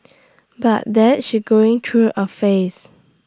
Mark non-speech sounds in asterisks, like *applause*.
*noise* but that she's going through A phase